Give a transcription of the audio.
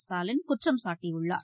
ஸ்டாலின் குற்றம் சாட்டியுள்ளார்